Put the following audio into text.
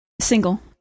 single